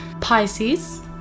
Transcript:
Pisces